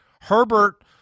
Herbert